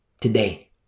today